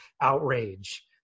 outrage